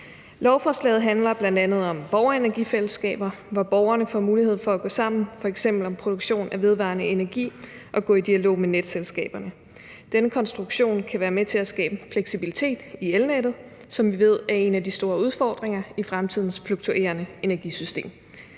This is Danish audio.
Lovforslaget handler bl.a. om borgerenergifællesskaber, hvor borgerne får mulighed for at gå sammen om f.eks. produktion af vedvarende energi og gå i dialog med netselskaberne. Denne konstruktion kan være med til at skabe en fleksibilitet i elnettet, som vi ved er en af de store udfordringer i fremtidens fluktuerende energisystem.